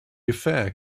affair